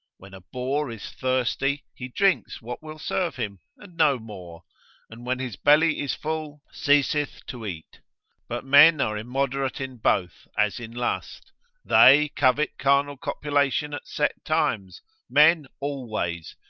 when a boar is thirsty, he drinks what will serve him, and no more and when his belly is full, ceaseth to eat but men are immoderate in both, as in lust they covet carnal copulation at set times men always,